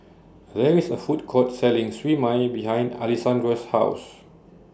There IS A Food Court Selling Siew Mai behind Alessandra's House